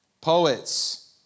poets